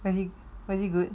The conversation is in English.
was it good